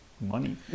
money